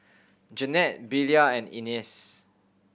Jeanette Belia and Ines